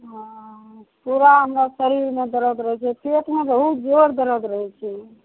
हँ पूरा हमरा शरीरमे दरद रहै छै पेटमे बहुत जोर दरद रहै छै